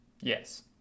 Yes